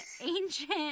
ancient